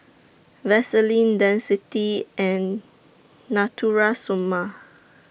Vaselin Dentiste and Natura Stoma